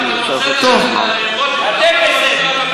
אתם בסדר.